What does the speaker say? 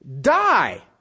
die